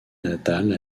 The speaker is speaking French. natale